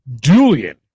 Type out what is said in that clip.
Julian